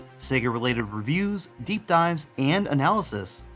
sega related reviews, deep dives, and analysis.